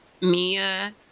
Mia